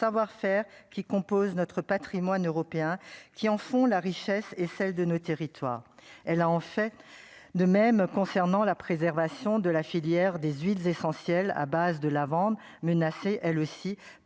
qui composent notre Patrimoine européen qui en font la richesse et celle de nos territoires, elle a en fait de même concernant la préservation de la filière 18 essentiel à base de lavande menacée elle aussi par